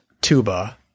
tuba